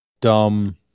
dumb